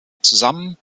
zusammen